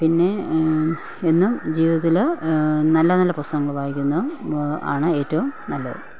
പിന്നെ എന്നും ജീവിതത്തില് നല്ല നല്ല പുസ്തകങ്ങൾ വായിക്കുന്നു ആണ് ഏറ്റവും നല്ലത്